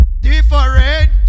different